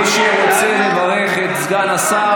מי שרוצה לברך את סגן השר,